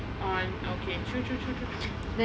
orh okay true true true true true